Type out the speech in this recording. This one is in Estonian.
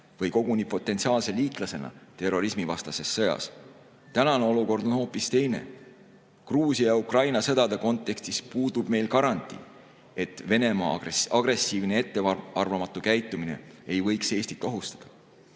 või koguni potentsiaalse liitlasena terrorismivastases sõjas. Tänane olukord on hoopis teine. Gruusia ja Ukraina sõdade kontekstis puudub meil garantii, et Venemaa agressiivne ja ettearvamatu käitumine ei võiks Eestit ohustada. Uues